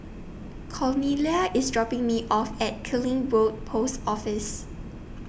Cornelia IS dropping Me off At Killiney Road Post Office